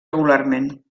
regularment